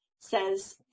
says